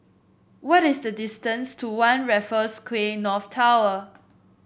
what is the distance to One Raffles Quay North Tower